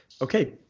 Okay